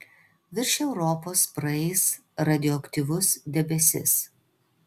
virš europos praeis radioaktyvus debesis